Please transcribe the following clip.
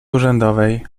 urzędowej